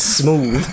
smooth